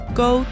go